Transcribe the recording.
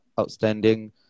outstanding